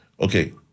Okay